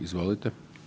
Izvolite.